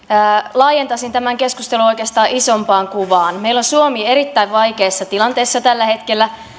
laajentaisin tämän keskustelun oikeastaan isompaan kuvaan meillä on suomi erittäin vaikeassa tilanteessa tällä hetkellä